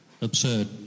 absurd